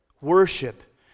worship